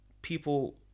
People